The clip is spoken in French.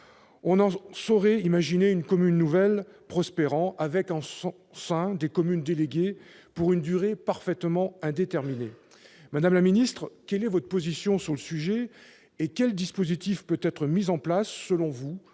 On ne saurait imaginer une commune nouvelle prospérant avec, en son sein, des communes déléguées existant pour une durée parfaitement indéterminée. Madame la ministre, quelle est votre position sur le sujet, et quel dispositif peut être, selon vous,